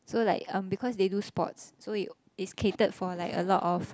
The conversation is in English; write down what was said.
so like um because they do sports so it it's catered for like a lot of